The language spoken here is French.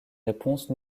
réponse